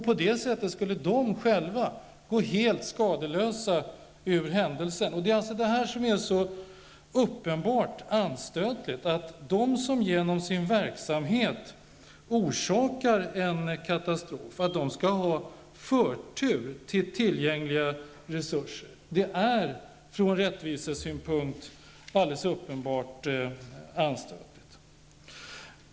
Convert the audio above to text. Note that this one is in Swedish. På detta sätt skulle de själva gå helt skadeslösa ur händelsen. Det är uppenbart anstötligt att de som genom sin verksamhet orsakar en katastrof skall ha förtur till tillgängliga resurser. Från rättvisesynpunkt är det anstötligt.